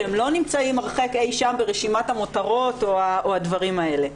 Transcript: שהם לא נמצאים הרחק אי שם ברשימת המותרות או הדברים האלה.